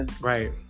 right